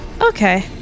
Okay